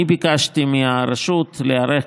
אני ביקשתי מהרשות להיערך,